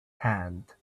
hand